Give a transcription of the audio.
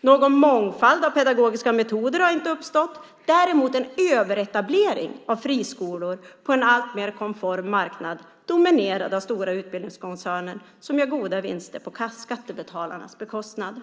Någon mångfald av pedagogiska metoder har inte uppstått, däremot en överetablering av friskolor på en alltmer konform marknad dominerad av stora utbildningskoncerner som gör goda vinster på skattebetalarnas bekostnad.